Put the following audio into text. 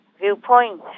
viewpoint